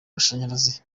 mashanyarazi